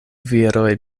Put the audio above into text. viroj